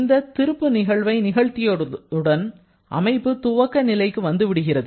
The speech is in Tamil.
இந்த திருப்பு நிகழ்வை நிகழ்த்தியதுடன் அமைப்பு துவக்க நிலைக்கு வந்துவிடுகிறது